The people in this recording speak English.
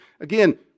Again